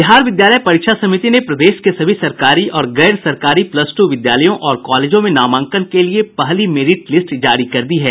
बिहार विद्यालय परीक्षा समिति ने प्रदेश के सभी सरकारी और गैर सरकारी प्लस टू विद्यालयों और कॉलेजों में नामांकन के लिए पहली मेरिट लिस्ट जारी कर दी है